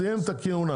סיים את הכהונה,